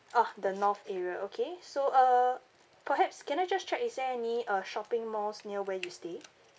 ah the north area okay so uh perhaps can I just check is there any uh shopping malls near where you stay